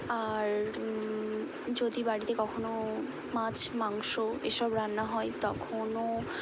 আর যদি বাড়িতে কখনও মাছ মাংস এইসব রান্না হয় তখনও